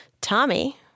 Tommy